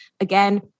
again